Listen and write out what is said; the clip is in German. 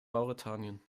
mauretanien